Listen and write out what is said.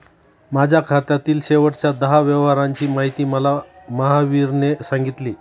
माझ्या खात्यातील शेवटच्या दहा व्यवहारांची माहिती मला महावीरने सांगितली